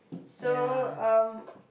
so um